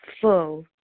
full